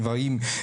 דברים,